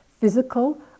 physical